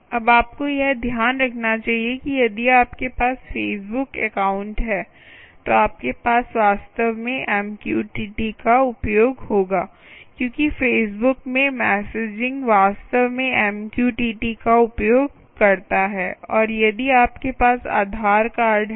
अब आपको यह ध्यान रखना चाहिए कि यदि आपके पास फेसबुक अकाउंट है तो आपके पास वास्तव में एमक्यूटीटी का उपयोग होगा क्योंकि फेसबुक में मैसेजिंग वास्तव में एमक्यूटीटी का उपयोग करता है और यदि आपके पास आधार कार्ड है